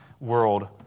world